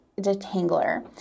detangler